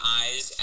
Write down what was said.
eyes